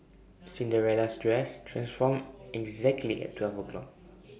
Cinderella's dress transformed exactly at twelve o'clock